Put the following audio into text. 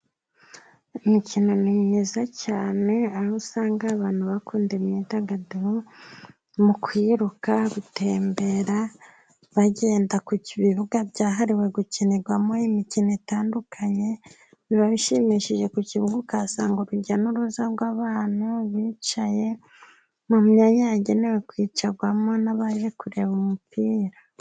Imikino ni myiza cyane aho usanga abantu bakunda imyidagaduro mu kwiruka, gutembera bagenda ku bibuga byahariwe gukinirwamo imikino itandukanye biba ishimishije, ku kibuga ukahasanga urujya n'uruza rw'abantu bicaye mu myanya yagenewe kwicarwamo n'abaje kureba umupira.